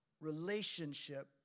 relationship